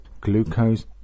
Glucose